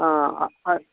ఆ అ